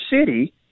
city